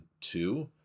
two